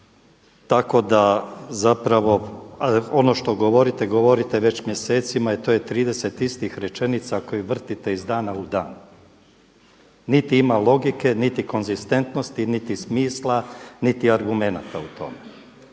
tako da zapravo ono što govorite govorite već mjesecima i to je 30 istih rečenica koje vrtite iz dana u dan, niti ima logike, niti konzistentnosti, niti smisla niti argumenta u tome.